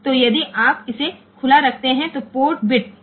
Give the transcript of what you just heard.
તેથી જો આપણે તેને ખુલ્લું રાખીએ તો બીટ પોર્ટ આપો આપ 1 થઈ જશે